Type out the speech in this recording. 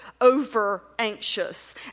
over-anxious